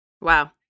Wow